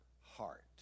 heart